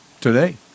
today